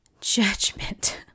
judgment